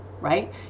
right